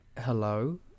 hello